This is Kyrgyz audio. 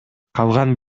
калган